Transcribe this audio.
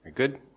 Good